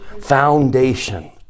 Foundation